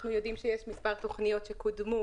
אנחנו יודעים שיש מספר תוכניות שקודמו.